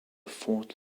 fort